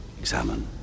examine